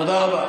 תודה רבה.